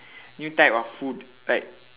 new type of food like